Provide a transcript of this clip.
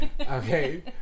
Okay